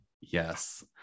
yes